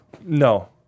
No